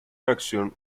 action